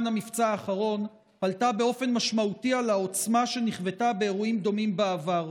המבצע האחרון עלתה באופן משמעותי על העוצמה שנחוותה באירועים דומים בעבר.